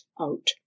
out